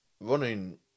running